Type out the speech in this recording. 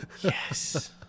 Yes